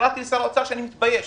וקראתי לשר האוצר, שאני מתבייש